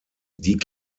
die